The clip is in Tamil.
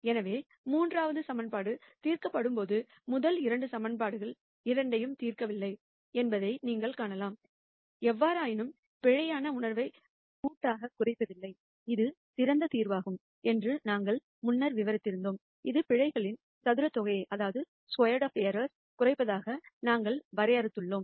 எனவே மூன்றாவது சமன்பாடு தீர்க்கப்படும்போது முதல் 2 சமன்பாடுகள் இரண்டையும் தீர்க்கவில்லை என்பதை நீங்கள் ணலாம் எவ்வாறாயினும் கலெக்டிவ் மினிமைசேஷன் எர்ரர் சென்ஸ் குறைப்பதில் இது சிறந்த தீர்வாகும் என்று நாங்கள் முன்னர் விவரித்தோம் இது ஸ்கோயார்டு எர்ரர் குறைப்பதாக நாங்கள் வரையறுத்துள்ளோம்